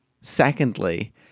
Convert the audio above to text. Secondly